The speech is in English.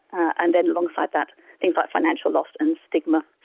and then alongside that, things like financial loss and stigma.